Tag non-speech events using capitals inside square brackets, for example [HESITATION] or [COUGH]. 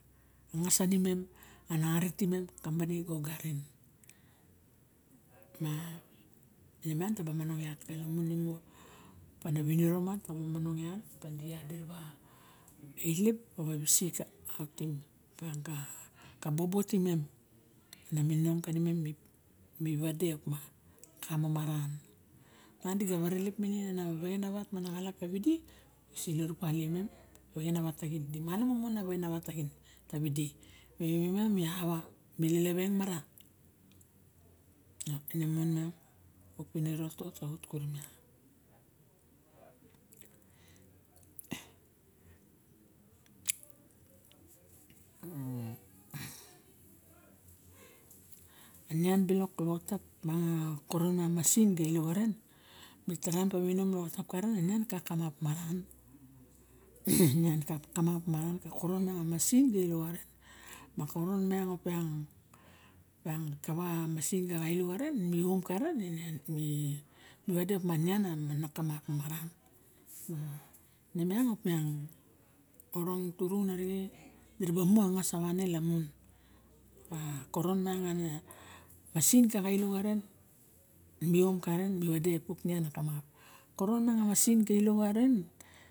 A ngas sanimem, anari timem a kampani xa go garin. [HESITATION] Maine miang ta ba monong iak, lamun imu op ma na viniro ma taba momonong iak, opa di iat di ra ba eilep. Kava visik op [HESITATION] miang ka bob timem na mininong kanimem. Mi vade op ma lo ka mamaran, miang di ga vare lep minin ana vexe navat ma na xalap ta vidi. Di ga sei lorup palie mem vexe na vat taxin tavidi. Ma imem mi ava me leleveng mara ine mn miang auk piniro to sa ot kuru miang. [NOISE] A nian bilok loxotap miang a koron miang a masin ge eilo xaren, mi taraim pa va ainom loxotab karen, anian ka kamap, koron miang a masin ge eilo xaren. ma koron miang op mian, piang kava a masin ga eilo xaren mi om karen, ine mi vade op ma anian na kamap maran. Ine miang op miang orong turung arixe di ra bamu angas a vaine. lamun a koron miang ana a masin ka ga eilo karen, miom mi vade a puk nian na kamap. Koron miang a masin ga ilo xaren.